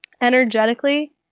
energetically